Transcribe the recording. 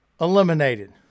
eliminated